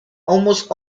almost